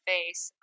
Face